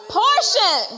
portion